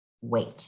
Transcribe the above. wait